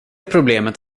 problemet